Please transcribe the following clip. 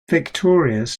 victorious